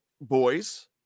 boys